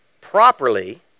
properly